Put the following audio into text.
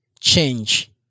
change